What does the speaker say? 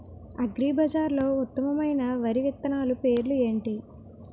అగ్రిబజార్లో ఉత్తమమైన వరి విత్తనాలు పేర్లు ఏంటి?